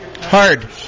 hard